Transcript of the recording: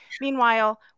Meanwhile